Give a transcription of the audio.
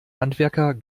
handwerker